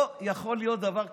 לא יכול להיות דבר כזה.